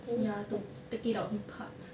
ya to take it out in parts